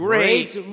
Great